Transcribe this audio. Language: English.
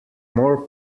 more